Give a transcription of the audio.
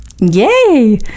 Yay